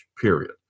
Period